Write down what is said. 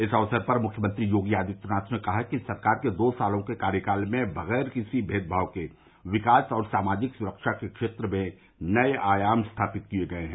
इस अवसर पर मुख्यमंत्री योगी आदित्यनाथ ने कहा कि सरकार के दो सालों के कार्यकाल में बगैर किसी भेदभाव के विकास और सामाजिक सुरक्षा के क्षेत्र में नये आयाम स्थापित किये हैं